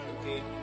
Okay